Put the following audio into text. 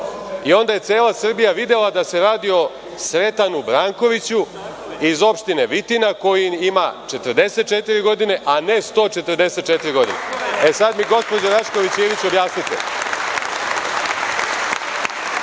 Onda je cela Srbija videla da se radi o Sretanu Brankoviću iz opštine Vitina, koji ima 44 godine, a ne 144 godine. Sada mi, gospođo Rašković Ivić, objasnite,